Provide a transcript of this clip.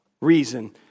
reason